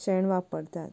शेण वापरतात